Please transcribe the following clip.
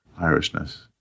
Irishness